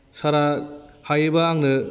सारा हायोबा आंनो